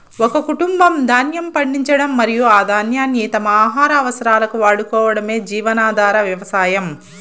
ఒక కుటుంబం ధాన్యం పండించడం మరియు ఆ ధాన్యాన్ని తమ ఆహార అవసరాలకు వాడుకోవటమే జీవనాధార వ్యవసాయం